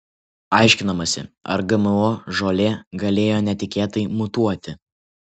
aiškinamasi ar gmo žolė galėjo netikėtai mutuoti